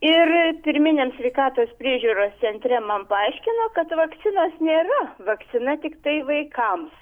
ir pirminiam sveikatos priežiūros centre man paaiškino kad vakcinos nėra vakcina tiktai vaikams